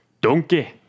Donkey